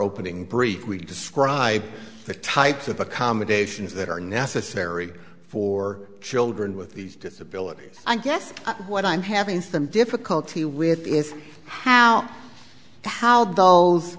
opening brief we describe the types of accommodations that are necessary for children with these disabilities i guess what i'm having some difficulty with is how